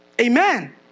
Amen